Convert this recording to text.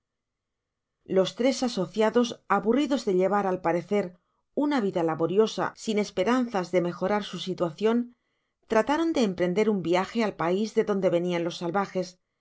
los tres asociados aburridos de llevar al parecer una vida laboriosa sin esperanzas de mejorar su situacion trataron de emprender un viaje al pais de donde venian los salvajes